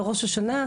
בראש השנה,